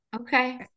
Okay